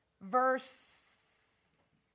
verse